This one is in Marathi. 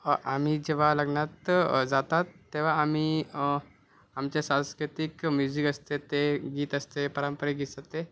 हां आम्ही जेव्हा लग्नात जातात तेव्हा आम्ही आमच्या सांस्कृतिक म्युझिक असते ते गीत असते पारंपरिक गीत असते